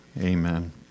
Amen